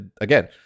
Again